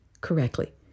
correctly